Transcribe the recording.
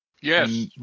Yes